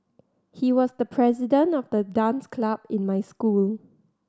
he was the president of the dance club in my school